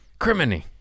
Criminy